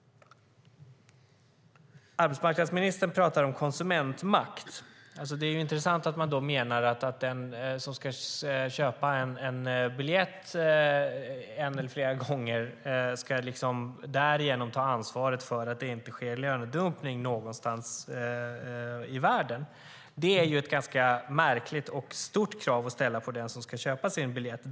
Arbetsmarknadsministern talar om konsumentmakt. Det är intressant att man menar att den som ska köpa en biljett en eller flera gånger därigenom ska ta ansvaret för att det inte sker lönedumpning någonstans i världen. Det är ett ganska märkligt och stort krav att ställa på den som köper sin biljett.